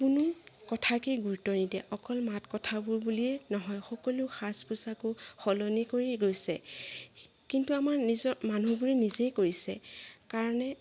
কোনো কথাকে গুৰুত্ব নিদিয়ে অকল মাত কথাবোৰ বুলিয়েই নহয় সকলো সাজ পোছাকো সলনি কৰি গৈছে কিন্তু আমাৰ নিজৰ মানুহবোৰে নিজেই কৰিছে কাৰণে